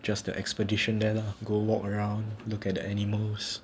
just their expedition there lah go walk around look at the animals